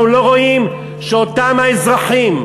אנחנו לא רואים שאותם אזרחים,